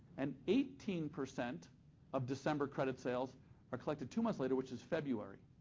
and eighteen percent of december credit sales are collected two months later, which is february.